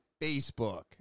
Facebook